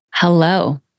Hello